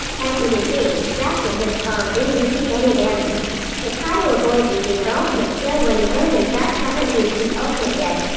as you can see, zhask and his spawn didn't receive any damage. so try to avoid using your ultimate skill when the enemy zhask haven't used his ultimate yet.